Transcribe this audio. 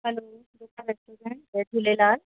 hello Roka restaurant Jai Jhulelal